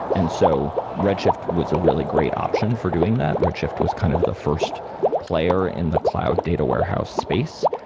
and so redshift was a really great option for doing that. redshift was kind of the first player in the cloud data warehouse space,